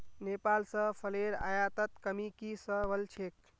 नेपाल स फलेर आयातत कमी की स वल छेक